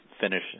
finish